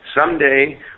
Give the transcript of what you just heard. someday